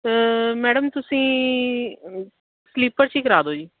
madam ਤੁਸੀਂ sleeper 'ਚ ਹੀ ਕਰਾ ਦਿਓ ਜੀ